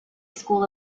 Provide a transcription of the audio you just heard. school